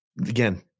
again